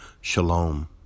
Shalom